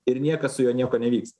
ir niekas su juo nieko nevyks